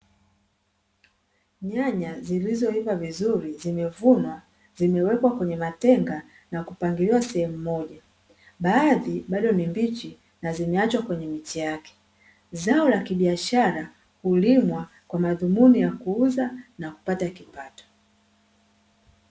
Nyanya zilizoiva vizuri zimevunwa zimewekwa kwenye matenga na kupangiliwa sehemu moja, baadhi bado ni mbichi na zimeachwa kwenye miche yake. Zao la kibiashara hulimwa kwa madhumuni ya kuuza na kupata kipato.